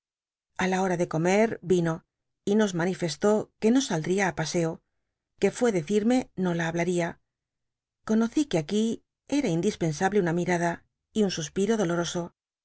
a la hora de comer vino y nos manifestó que no saldría á paseoque fué decirme no la hablauna conocí que aquí era indispensable una mirada y un suspiro doloroso